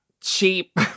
cheap